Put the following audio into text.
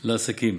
לעסקים.